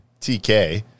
TK